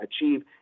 achieve